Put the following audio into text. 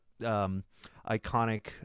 iconic